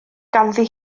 ganddi